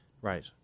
Right